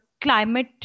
climate